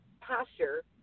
pasture